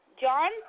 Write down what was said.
John